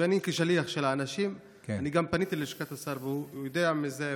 ואני כשליח של האנשים גם פניתי ללשכת השר והוא יודע מזה,